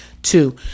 Two